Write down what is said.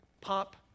pop